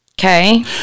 Okay